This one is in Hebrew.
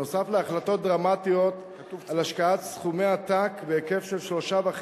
נוסף על החלטות דרמטיות על השקעת סכומי עתק בהיקף של 3.5